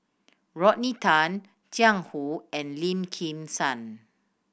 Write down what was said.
Rodney Tan Jiang Hu and Lim Kim San